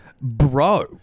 bro